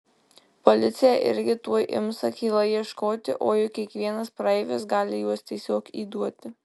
policija irgi tuoj ims akylai ieškoti o juk kiekvienas praeivis gali juos tiesiog įduoti